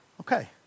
Okay